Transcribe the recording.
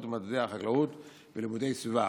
כדי ללמוד מדעי החקלאות ולימודי סביבה.